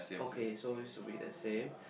okay so it should be the same